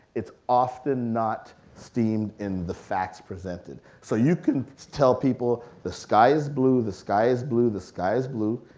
it's often not steamed in the facts presented so you can tell people the sky is blue, the sky is blue, the sky is blue,